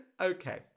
Okay